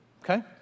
Okay